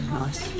nice